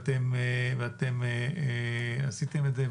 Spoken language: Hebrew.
ואתם עשיתם את זה,